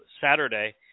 Saturday